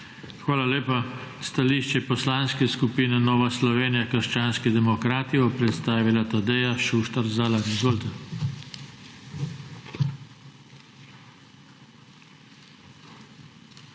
Hvala lepa. Stališče Poslanske skupine Nova Slovenija – krščanski demokrati bo predstavila Tadeja Šuštar Zalar. Izvolite.